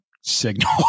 signal